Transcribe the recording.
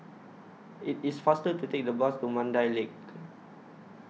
IT IS faster to Take The Bus to Mandai Lake